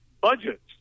budgets